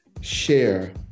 share